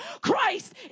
Christ